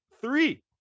three